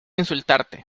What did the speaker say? insultarte